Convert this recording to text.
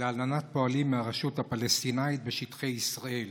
להלנת פועלים מהרשות הפלסטינית בשטחי ישראל.